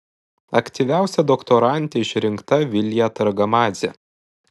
aktyviausia doktorante išrinkta vilija targamadzė